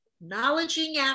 acknowledging